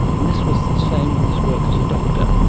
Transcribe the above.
and this was the same with his work as a doctor,